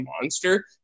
monster